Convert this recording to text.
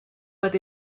but